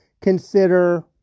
consider